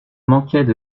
manquaient